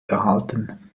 erhalten